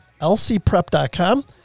LCprep.com